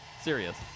serious